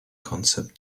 concept